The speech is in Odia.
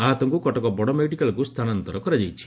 ଆହତଙ୍କୁ କଟକ ବଡ଼ ମେଡିକାଲ୍କୁ ସ୍ଥାନାନ୍ଡର କରାଯାଇଛି